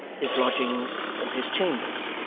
his lodgings, or his chambers,